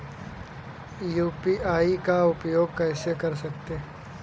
UPI का उपयोग कैसे कर सकते हैं?